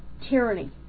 tyranny